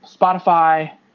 Spotify